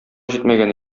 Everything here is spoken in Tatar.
җитмәгән